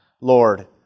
Lord